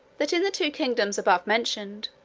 that in the two kingdoms above mentioned,